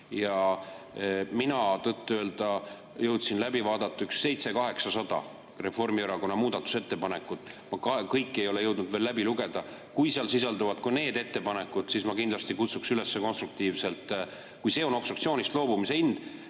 Mina tõtt-öelda jõudsin läbi vaadata umbes 700 või 800 Reformierakonna muudatusettepanekut. Ma kõike ei ole jõudnud veel läbi lugeda. Kui seal sisalduvad ka need ettepanekud, siis ma kindlasti kutsuks üles konstruktiivselt ... Kui see on obstruktsioonist loobumise hind,